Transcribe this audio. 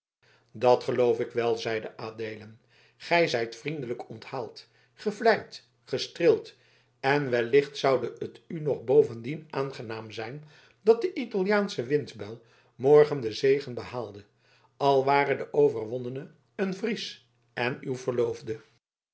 dat geloof ik wel zeide adeelen gij zijt vriendelijk onthaald gevleid gestreeld en wellicht zoude het u nog bovendien aangenaam zijn dat die italiaansche windbuil morgen de zege behaalde al ware de overwonnene een fries en uw verloofde